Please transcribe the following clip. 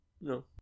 No